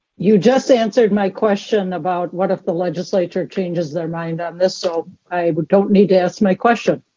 you just answered my question about what if the legislature changes their mind on this, so i don't need to ask my question.